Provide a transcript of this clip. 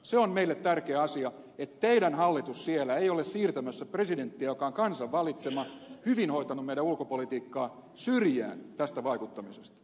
se on meille tärkeä asia että teidän hallituksenne siellä ei ole siirtämässä presidenttiä joka on kansan valitsema hyvin hoitanut meidän ulkopolitiikkaamme syrjään tästä vaikuttamisesta